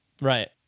Right